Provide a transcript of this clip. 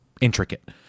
intricate